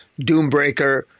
Doombreaker